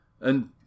and